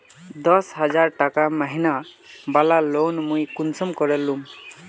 दस हजार टका महीना बला लोन मुई कुंसम करे लूम?